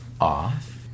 off